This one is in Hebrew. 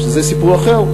שזה סיפור אחר.